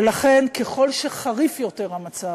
ולכן, ככל שחריף יותר המצב,